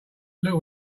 look